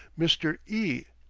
mr. e,